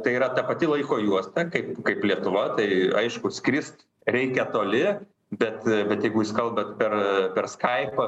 tai yra ta pati laiko juosta kaip kaip lietuva tai aišku skrist reikia toli bet bet jeigu jūs kalbat per per skaipą